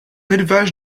élevage